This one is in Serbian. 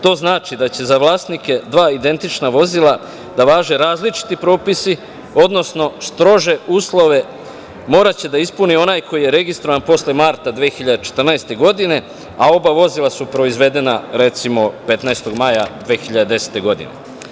To znači da će za vlasnike dva identična vozila da važe različiti propisi, odnosno strože uslove moraće da ispuni onaj koji je registrovan posle marta 2014. godine, a oba vozila su proizvedena, recimo, 15. maja 2010. godine.